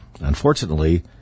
Unfortunately